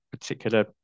particular